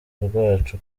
rwacu